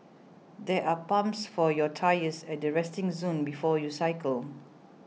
there are pumps for your tyres at the resting zone before you cycle